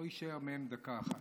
לא תישאר מהן דקה אחת.